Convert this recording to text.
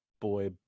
boy